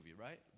right